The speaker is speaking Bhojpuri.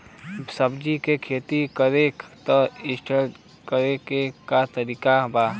सब्जी के खेती करी त स्टोर करे के का तरीका बा?